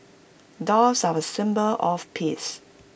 doves are A symbol of peace